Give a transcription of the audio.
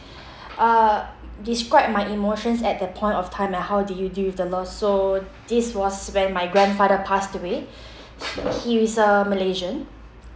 uh describe my emotions at that point of time and how did you deal with the loss so this was when my grandfather passed away he is a malaysian